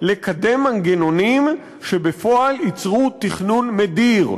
לקדם מנגנונים שבפועל ייצרו תכנון מדיר,